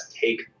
take